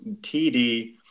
TD